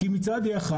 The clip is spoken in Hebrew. כי מצד אחד,